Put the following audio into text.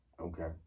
Okay